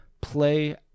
play